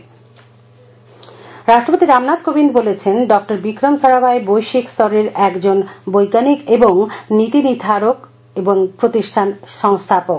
রাষ্ট্রপতি রাষ্ট্রপতি রামনাথ কোবিন্দ বলেছেন ডঃ বিক্রম সারাভাই বৈশ্বিক স্তরের একজন বৈজ্ঞানিক এবং নীতি নির্ধারক এবং প্রতিষ্ঠান সংস্থাপক